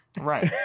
Right